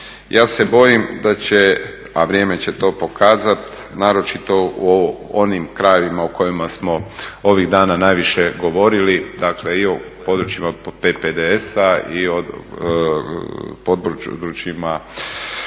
Ja se bojim da će, a vrijeme će to pokazati, naročito u onim krajevima u kojima smo ovih dana najviše govorili, dakle i o područjima PPDS-a i o područjima